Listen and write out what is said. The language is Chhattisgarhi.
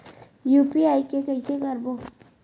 यू.पी.आई के कइसे करबो?